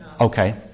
Okay